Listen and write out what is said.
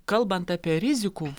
kalbant apie rizikų